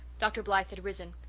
dr. blythe had risen.